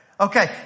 Okay